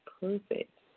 perfect